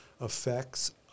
effects